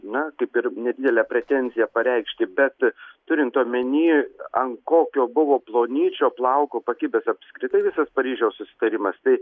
na kaip ir nedidelę pretenziją pareikšti bet turint omeny ant kokio buvo plonyčio plauko pakibęs apskritai visas paryžiaus susitarimas tai